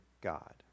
God